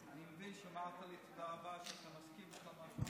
אני מבין שאמרת לי תודה רבה, לא.